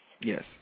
Yes